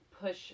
push